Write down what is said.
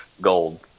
gold